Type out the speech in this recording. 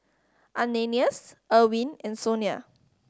Ananias Irwin and Sonia